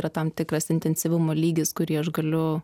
yra tam tikras intensyvumo lygis kurį aš galiu